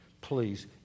Please